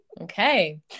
Okay